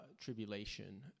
tribulation